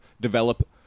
develop